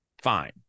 Fine